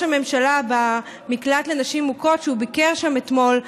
הממשלה במקלט לנשים מוכות כשהוא ביקר שם אתמול,